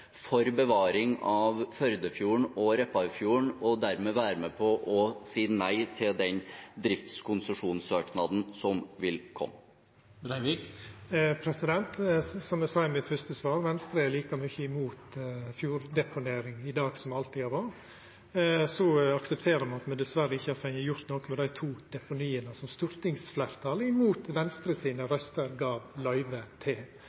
for bevaring av Førdefjorden og Repparfjorden, og at de dermed vil være med på å si nei til den driftskonsesjonssøknaden som vil komme. Som eg sa i mitt fyrste svar: Venstre er like mykje imot fjorddeponering i dag som me alltid har vore. Så aksepterer me at me dessverre ikkje har fått gjort noko med dei to deponia som stortingsfleirtalet, mot Venstres røyster, gav løyve til.